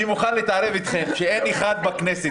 אני מוכן להתערב איתכם שאין אחד בממשלה